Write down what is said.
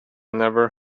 never